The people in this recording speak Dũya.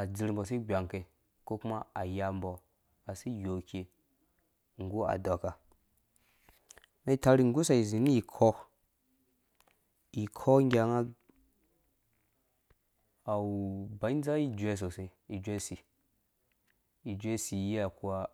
Adzirh mbɔ asi igbang ke uko kuma ayambɔ iyoke nggu adɔka umɛn itar igusa izi ri iko. iko iganga awu ubanza ijue sosai ijue usi ijueusi iyia kuwa